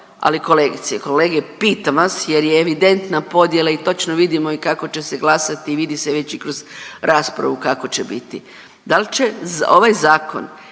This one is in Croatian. Ali kolegice i kolege, pitam vas jer je evidentna podjela i točno vidimo i kako će se glasati i vidi se već i kroz raspravu kako će biti, dal će ovaj zakon